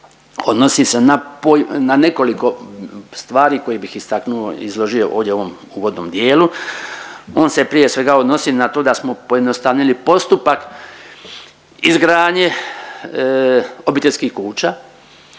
odnosi se na nekoliko stvari koje bih istaknuo i izložio ovdje u ovom uvodnom dijelu. On se prije svega odnosi na to da smo pojednostavnili postupak izgradnje obiteljskih kuća,